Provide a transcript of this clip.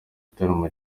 gitaramo